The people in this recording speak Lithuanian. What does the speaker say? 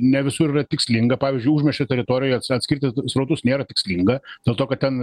ne visur yra tikslinga pavyzdžiui užmiesčio teritorijoj ats atskirti srautus nėra tikslinga dėl to kad ten